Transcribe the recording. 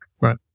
Right